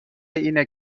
اینه